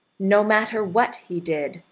no matter what he did,